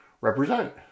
represent